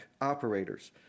operators